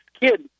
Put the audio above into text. kid